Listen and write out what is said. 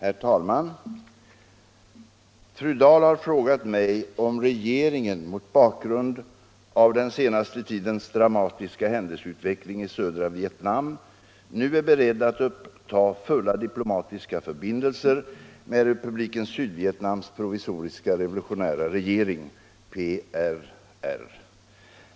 Herr talman! Fru Dahl har frågat mig om regeringen mot bakgrund av den senaste tidens dramatiska händelseutveckling i södra Vietnam nu är beredd att uppta fulla diplomatiska förbindelser med Republiken Sydvietnams provisoriska revolutionära regering, PRR.